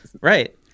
Right